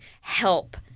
help